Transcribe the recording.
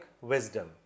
Wisdom